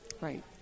Right